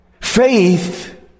Faith